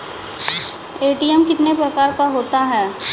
ATM कितने प्रकार का होता हैं?